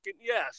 Yes